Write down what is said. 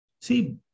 See